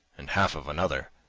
and half of another,